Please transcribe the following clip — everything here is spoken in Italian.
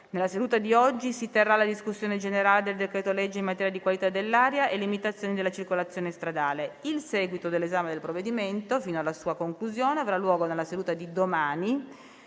Nella seduta di oggi si terrà la discussione generale del decreto-legge in materia di qualità dell'aria e limitazioni della circolazione stradale. Il seguito dell'esame del provvedimento, fino alla sua conclusione, avrà luogo nella seduta di domani,